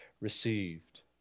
received